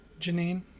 Janine